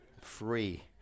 Free